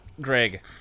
Greg